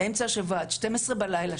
באמצע השבוע עד 24:00 בלילה,